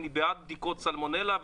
אני בעד בדיקות סלמונלה,